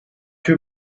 too